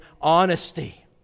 honesty